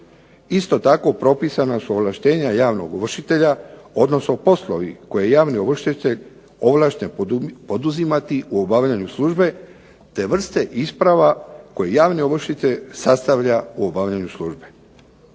Isto tako propisana su ovlaštenja javnog ovršitelja odnosno poslovi koje javni ovršitelj ovlašten poduzimati u obavljanju službe, te vrste isprava koje javni ovršitelj sastavlja u obavljanju službe.